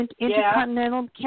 intercontinental